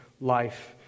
life